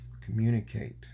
Communicate